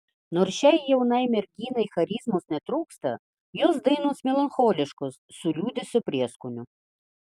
nors šiai jaunai merginai charizmos netrūksta jos dainos melancholiškos su liūdesio prieskoniu